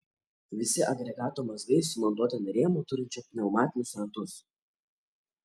visi agregato mazgai sumontuoti ant rėmo turinčio pneumatinius ratus